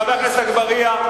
חבר הכנסת אגבאריה.